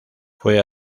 fue